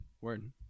Word